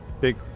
big